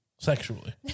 sexually